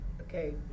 Okay